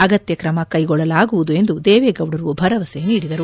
ಅಗತ್ಯ ಕ್ರಮ ಕೈಗೊಳ್ಳಲಾಗುವುದು ಎಂದು ದೇವೇಗೌಡರು ಭರವಸೆ ನೀಡಿದರು